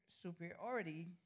superiority